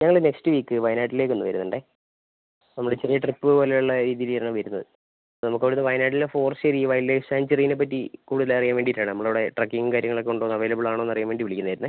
ഞങ്ങൾ next week വയനാട്ടിലേക്ക് ഒന്ന് വരുന്നുണ്ടേ നമ്മൾ ഇച്ചിരി ട്രിപ്പ് പോലെ ഉള്ള രീതിയിലാണ് വരുന്നത് നമുക്ക് അവിടുന്ന് വയനാട്ടിലെ ഫോറസ്റ്റ് ഏരിയ വൈൽഡ്ലൈഫ് സാങ്ച്വറിനെ പറ്റി കൂടുതൽ അറിയാൻ വേണ്ടിയിട്ടാണ് നമ്മൾ അവിടെ ട്രക്കിംഗ് കാര്യങ്ങളൊക്കെ ഉണ്ടോ അവൈലബിൾ ആണോ എന്ന് അറിയാൻ വേണ്ടി വിളിക്കുന്നതായിരുന്നേ